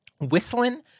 whistling